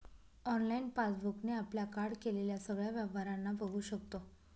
online passbook ने आपल्या card केलेल्या सगळ्या व्यवहारांना बघू शकतो